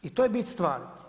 I to je bit stvari.